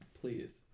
Please